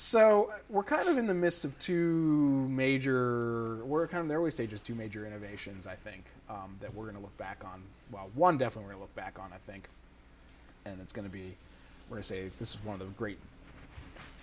so we're kind of in the midst of two major work on there we say just two major innovations i think that we're going to look back on one definitely look back on i think and it's going to be when i say this is one of the great